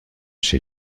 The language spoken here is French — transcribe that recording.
chez